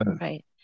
right